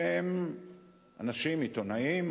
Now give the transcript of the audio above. עיתונאים,